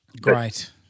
Great